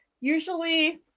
usually